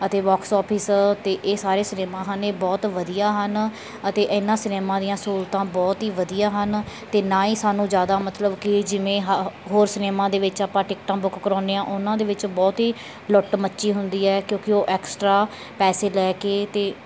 ਅਤੇ box office 'ਤੇ ਇਹ ਸਾਰੇ ਸਿਨੇਮਾ ਹਨ ਇਹ ਬਹੁਤ ਵਧੀਆ ਹਨ ਅਤੇ ਇਹਨਾਂ ਸਿਨੇਮਾ ਦੀਆਂ ਸਹੂਲਤਾਂ ਬਹੁਤ ਹੀ ਵਧੀਆ ਹਨ ਅਤੇ ਨਾ ਹੀ ਸਾਨੂੰ ਜ਼ਿਆਦਾ ਮਤਲਬ ਕਿ ਜਿਵੇਂ ਹ ਹੋਰ ਸਿਨੇਮਾ ਦੇ ਵਿੱਚ ਆਪਾਂ ਟਿਕਟਾਂ ਬੁੱਕ ਕਰਵਾਉਂਦੇ ਹਾਂ ਉਹਨਾਂ ਦੇ ਵਿੱਚ ਬਹੁਤ ਹੀ ਲੁੱਟ ਮੱਚੀ ਹੁੰਦੀ ਹੈ ਕਿਉਂਕਿ ਉਹ ਐਕਸਟਰਾ ਪੈਸੇ ਲੈ ਕੇ ਤੇ